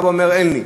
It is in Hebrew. ואבא אומר: אין לי.